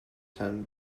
ten